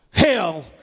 Hell